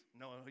No